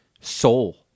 soul